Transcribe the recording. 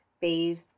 bathed